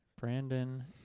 Brandon